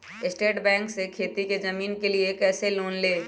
State Bank से खेती की जमीन के लिए कैसे लोन ले?